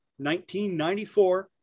1994